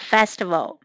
Festival